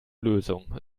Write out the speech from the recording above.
lösung